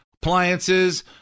Appliances